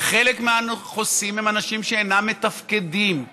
חלק מהחוסים הם אנשים שאינם מתפקדים,